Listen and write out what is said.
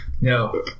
No